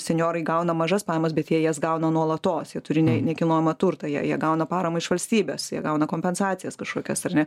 senjorai gauna mažas pajamas bet jie jas gauna nuolatos jie turi nekilnojamą turtą jie jie gauna paramą iš valstybės jie gauna kompensacijas kažkokias ar ne